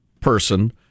person